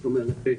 זאת אומרת,